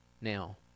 Now